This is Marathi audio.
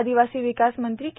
आदिवासी विकास मंत्री के